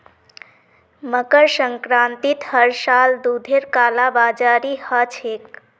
मकर संक्रांतित हर साल दूधेर कालाबाजारी ह छेक